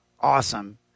awesome